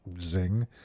zing